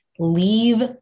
Leave